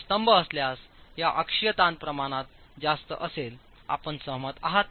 ते स्तंभ असल्यास या अक्षीय ताण प्रमाण जास्त असेल आपण सहमत आहात